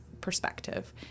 perspective